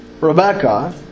Rebecca